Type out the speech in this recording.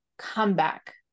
comeback